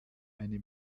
eine